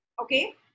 Okay